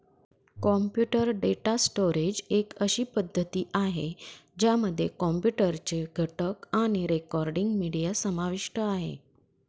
computer data storage एक अशी पद्धती आहे, ज्यामध्ये कॉम्प्युटर चे घटक आणि रेकॉर्डिंग, मीडिया समाविष्ट आहे